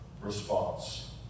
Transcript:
response